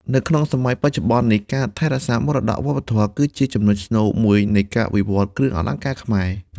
នៅក្នុងសម័យបច្ចុប្បន្ននេះ ការថែរក្សាមរតកវប្បធម៌ គឺជាចំណុចស្នូលមួយនៃការវិវត្តន៍គ្រឿងអលង្ការខ្មែរ។